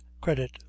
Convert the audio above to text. credit